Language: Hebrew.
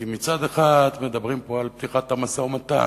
כי מצד אחד מדברים פה על פתיחת המשא-ומתן,